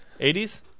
80s